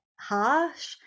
harsh